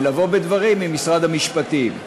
ולבוא בדברים עם משרד המשפטים.